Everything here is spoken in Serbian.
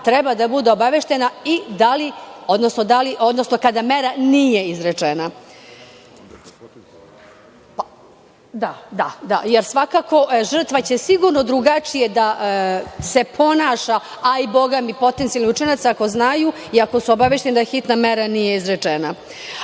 treba da bude obaveštena i kada mera nije izrečena, jer svakako žrtva će sigurno drugačije da se ponaša, a bogami i potencijalni učinilac, ako znaju i ako su obavešteni da hitna mera nije izrečena.